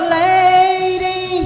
lady